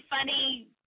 funny